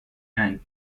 and